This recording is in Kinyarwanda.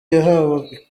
yahawe